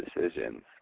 decisions